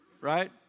right